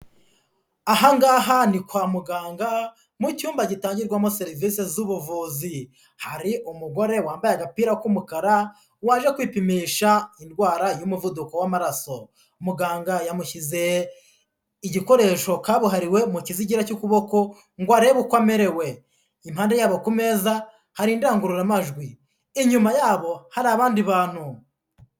Ahangaha ni kwa muganga mu cyumba gitangirwamo serivisi z'ubuvuzi hari umugore wambaye agapira k'umukara waje kwipimisha indwara y'umuvuduko w'amaraso muganga yamushyize igikoresho kabuhariwe mu kizigira cy'ukuboko ngo arebe uko amerewe impande yabo ku meza hari indangururamajwi inyuma yabo hari abandi bantu.